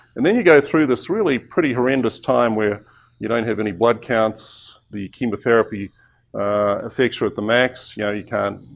and then you go through this really pretty horrendous time where you don't have any blood counts. the chemotherapy effects are at the max. yeah you know,